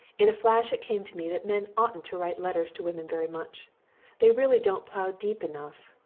in a flash it came to me that men oughtn't to write letters to women very much they really don't plough deep enough,